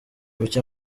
buke